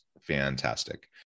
fantastic